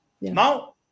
now